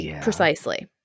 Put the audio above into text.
Precisely